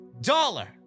dollar